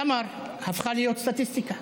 סמר הפכה להיות סטטיסטיקה.